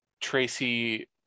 tracy